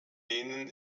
denen